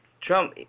Trump